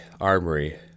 armory